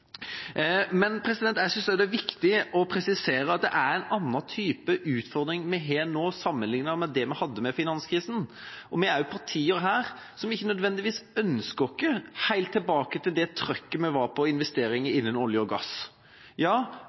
Jeg synes også det er viktig å presisere at det er annen type utfordring vi har nå, sammenlignet med det vi hadde med finanskrisen. Vi er partier her som ikke nødvendigvis ønsker oss helt tilbake til det trykket vi hadde på investeringer innenfor olje og gass. Ja,